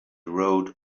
wrote